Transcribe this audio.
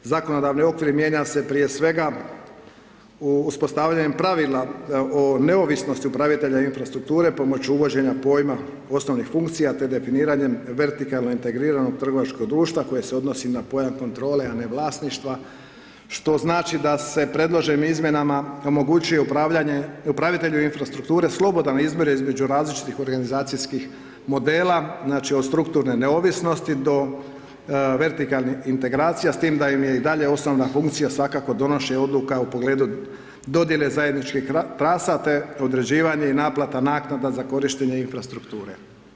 Zakonodavni okvir mijenja se prije svega, uspostavljanjem pravila o neovisnosti upravitelja infrastrukture pomoću uvođenja pojma osnovnih funkcija, te definiranjem vertikalnog integriranog trgovačkog društva koji se odnosi na pojam kontrole, a ne vlasništva, što znači da se predloženim izmjenama omogućuje upravitelju infrastrukture slobodan izbir između različitih organizacijskih modela, znači, od strukturne neovisnosti do vertikalnih integracija s tim da im je i dalje osnovna funkcija, svakako, donošenje odluka u pogledu dodijele zajedničkih trasa, te određivanje i naplata naknada za korištenje infrastrukture.